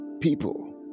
People